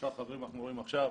שאר החברים שאנחנו רואים עכשיו.